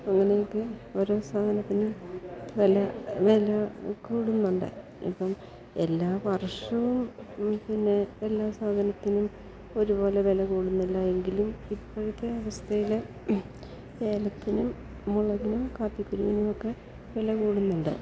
അങ്ങനെയൊക്കെ ഓരോ സാധനത്തിനും വില വില കൂടുന്നുണ്ട് ഇപ്പം എല്ലാ വർഷവും പിന്നെ എല്ലാ സാധനത്തിനും ഒരു പോലെ വില കൂടുന്നില്ലയെങ്കിലും ഇപ്പോഴത്തെ അവസ്ഥയിൽ ഏലത്തിനും മുളകിനും കാപ്പിക്കുരുവിനുമൊക്കെ വില കൂടുന്നുണ്ട്